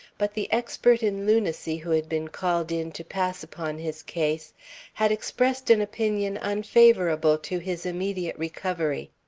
but the expert in lunacy who had been called in to pass upon his case had expressed an opinion unfavorable to his immediate recovery.